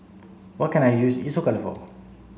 what can I use Isocal for